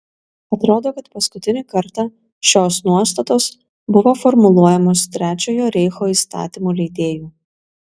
atrodo kad paskutinį kartą šios nuostatos buvo formuluojamos trečiojo reicho įstatymų leidėjų